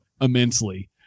immensely